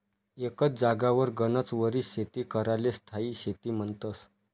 एकच जागावर गनच वरीस शेती कराले स्थायी शेती म्हन्तस